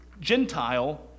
Gentile